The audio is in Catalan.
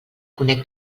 conec